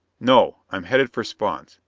no, i'm headed for spawn's!